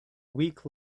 week